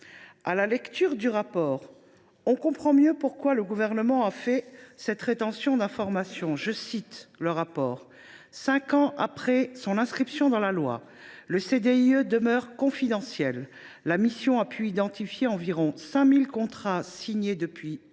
À la lecture du rapport, on comprend mieux pourquoi le Gouvernement a fait le choix de cette rétention d’information. Citons ce document :« Cinq ans après son inscription dans la loi, le CDIE demeure confidentiel : la mission a pu identifier environ 5 000 contrats signés depuis 2018,